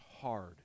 hard